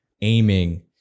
aiming